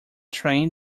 train